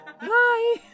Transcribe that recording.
Bye